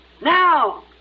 Now